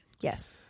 Yes